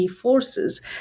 forces